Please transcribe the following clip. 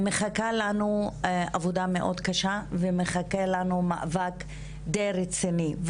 מחכה לנו עבודה מאוד קשה ומחכה לנו מאבק די רציני.